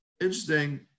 interesting